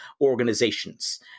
organizations